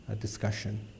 discussion